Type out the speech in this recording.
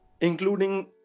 Including